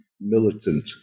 militant